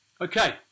Okay